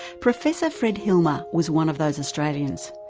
professor fred hilmer was one of those australians.